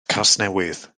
casnewydd